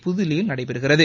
புதுதில்லியில் நடைபெறுகிறது